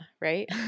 right